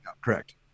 Correct